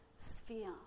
sphere